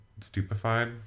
stupefied